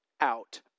out